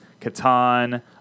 Catan